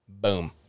Boom